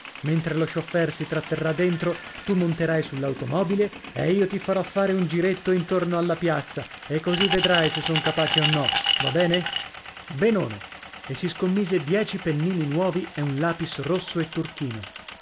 mentre lo scioffèr si tratterrà dentro tu monterai sull'automobile e io ti farò fare un giretto intorno alla piazza e così vedrai se son capace o no va bene e si scommise dieci pennini nuovi e un lapis rosso e turchino